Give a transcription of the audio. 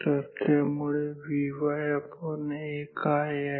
तर त्यामुळे VyA काय आहे